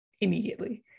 immediately